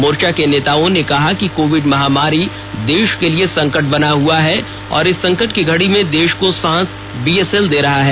मोर्चा के नेताओं ने कहा कि कोविड महामारी देश के लिए संकट बना हुआ है और इस संकट की घड़ी में देश को सांस बीएसएल दे रहा है